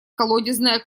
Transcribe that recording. колодезное